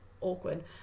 awkward